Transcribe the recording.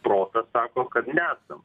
protas sako kad nesam